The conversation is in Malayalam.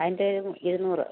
അതിൻ്റെ ഒരു ഇരുന്നൂറ്